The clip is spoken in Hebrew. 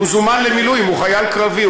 הוא זומן למילואים, הוא חייל קרבי.